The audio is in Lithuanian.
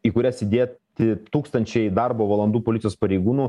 į kurias įdėti tūkstančiai darbo valandų policijos pareigūnų